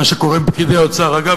שקוראים להם "פקידי האוצר" דרך אגב,